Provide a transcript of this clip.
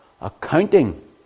accounting